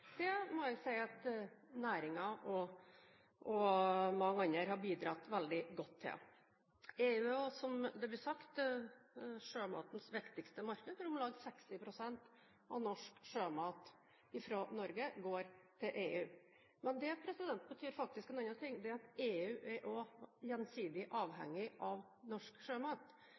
Det må jeg si næringen og mange andre har bidratt veldig godt til. EU er, som det ble sagt, sjømatens viktigste marked, for om lag 60 pst. av norsk sjømat fra Norge går til EU. Men det betyr faktisk en annen ting – det er at EU også er gjensidig avhengig av norsk sjømat.